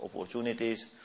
opportunities